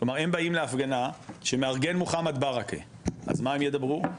כלומר הם באים להפגנה שמארגן מוחמד בארכה אז מה הם ידברו?